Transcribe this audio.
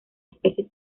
especies